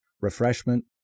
refreshment